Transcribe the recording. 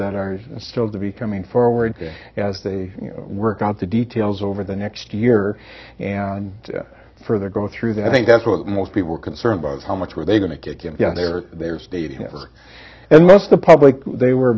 that are still to be coming forward as they work out the details over the next year and further go through that i think that's what most people were concerned about how much were they going to get their statement for and most of the public they were